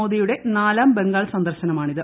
മോദിയുടെ നാലാം ബംഗാൾ സന്ദർശനമാണിത്